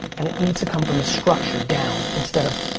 and it needs to come from the structure down instead of,